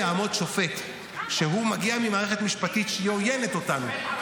להקמת מדינה פלסטינית שתהיה מדינת טרור שיופנה נגד יהודים במדינת ישראל.